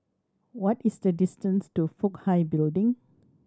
what is the distance to Fook Hai Building